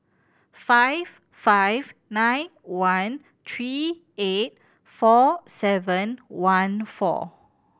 five five nine one three eight four seven one four